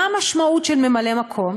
מה המשמעות של ממלא-מקום?